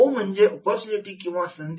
ओ म्हणजेच अपॉर्च्युनिटी किंवा संधी